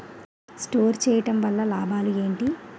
Store చేయడం వల్ల లాభాలు ఏంటి?